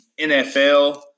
NFL